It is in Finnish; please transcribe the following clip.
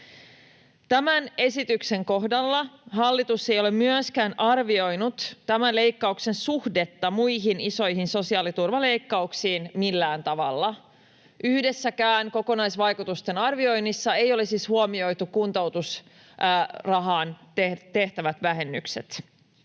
Tämän esityksen kohdalla hallitus ei ole myöskään arvioinut tämän leikkauksen suhdetta muihin isoihin sosiaaliturvaleikkauksiin millään tavalla. Yhdessäkään kokonaisvaikutusten arvioinnissa ei ole siis huomioitu kuntoutusrahaan tehtäviä vähennyksiä.